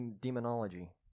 Demonology